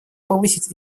повысить